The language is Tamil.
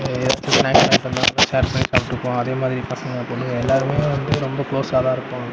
யாராச்சும் ஸ்நாக்ஸ் வாங்கிகிட்டு வந்தால்கூட ஷேர் பண்ணி சாப்பிட்டுக்குவோம் அதேமாதிரி பசங்கள் பொண்ணுங்க எல்லோருமே வந்து ரொம்ப குளோசாதானிருப்போம்